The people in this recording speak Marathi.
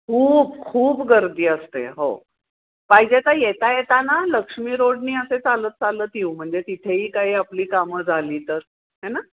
खूप खूप गर्दी असते हो पाहिजे तर येता येताना लक्ष्मी रोडनी असे चालत चालत येऊ म्हणजे तिथेही काही आपली कामं झाली तर है ना